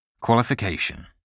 Qualification